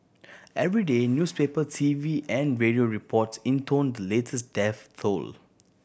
every day newspaper T V and radio reports intoned the latest death though